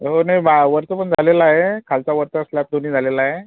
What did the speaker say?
हो नाही वरचं पण झालेलं आहे खालचा वरचा स्लॅब दोन्ही झालेला आहे